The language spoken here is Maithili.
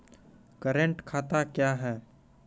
करेंट खाता क्या हैं?